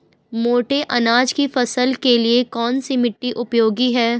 मोटे अनाज की फसल के लिए कौन सी मिट्टी उपयोगी है?